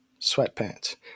sweatpants